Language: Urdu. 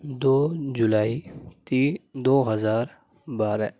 دو جولائی تی دو ہزار بارہ